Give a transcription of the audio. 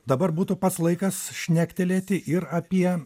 dabar būtų pats laikas šnektelėti ir apie